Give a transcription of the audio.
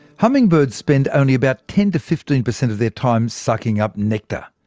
hummingbirds spend only about ten to fifteen per cent of their time sucking up nectar,